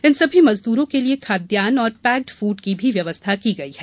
इन सभी मजदूरों के लिए खाद्यान्न और पैक्ड फूड की भी व्यवस्था की गई है